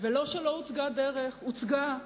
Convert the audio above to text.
ולא שלא הוצגה דרך, הוצגה,